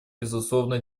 безусловно